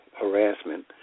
harassment